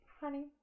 Honey